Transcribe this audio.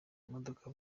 imodoka